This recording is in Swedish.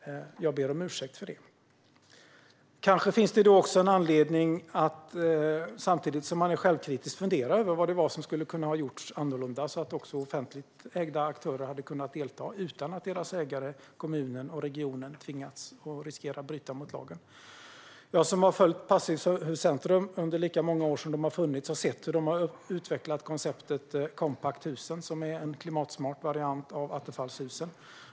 Jag ber om ursäkt för detta. Samtidigt som man är självkritisk finns det kanske också anledning att fundera över vad som skulle ha kunnat göras annorlunda, så att även offentligt ägda aktörer hade kunnat delta utan att deras ägare kommunen och regionen tvingats riskera att bryta mot lagen. Jag har följt Passivhuscentrum under lika många år som det har funnits. Jag har sett hur man har utvecklat konceptet med kompakthus, en klimatsmart variant av Attefallshusen.